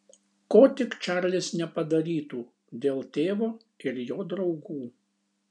ko tik čarlis nepadarytų dėl tėvo ir jo draugų